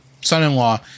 son-in-law